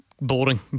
Boring